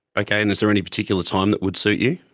ok, and is there any particular time that would suit you? oh,